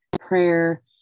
prayer